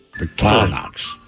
Victorinox